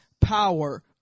power